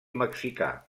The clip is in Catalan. mexicà